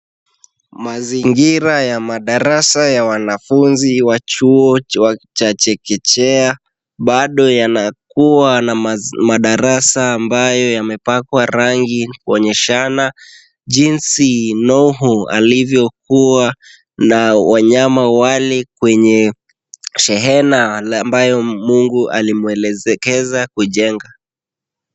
Mazingira ya madarasa ya wanafunzi wa chuo cha chekechea, bado yanakuwa na madarasa ambayo yamepakwa rangi, kuonyeshana jinsi Nuhu alivyokuwa na wanyama wale kwenye shehena, ambayo Mungu alimwelekeza kujenga.